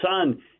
son